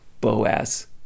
Boaz